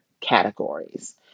categories